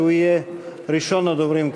שיהיה ראשון הדוברים,